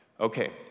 Okay